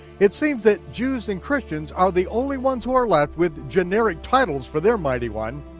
it seems that jews and christians are the only ones who are left with generic titles for their mighty one.